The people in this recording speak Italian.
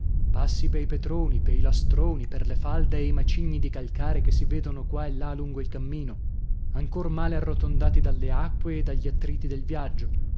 passi pei petroni pei lastroni per le falde e i macigni di calcare che si vedono qua e là lungo il cammino ancor male arrotondati dalle acque e dagli attriti del viaggio